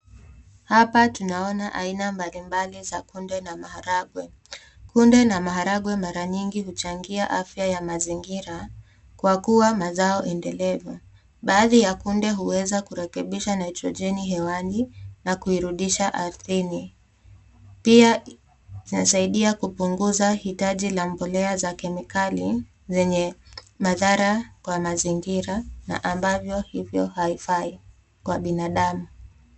Hapa tunaona aina mbali mbali za kunde na maharagwe. Kunde na maharagwe mara nyingi huchangia afya ya mazingira kwa kuwa mazao endelevu. Baadhi ya kunde huweza kurekebisha nitrogeni hewani, na kuirudisha ardhini. Pia chasaidia kupunguza idadil a mbolea za kemikali zenye madhara kwa mazingira na ambavyo hivyo havifai kwa binadamu.